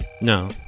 No